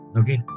okay